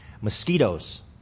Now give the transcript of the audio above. mosquitoes